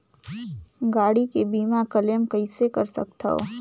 गाड़ी के बीमा क्लेम कइसे कर सकथव?